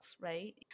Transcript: right